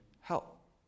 help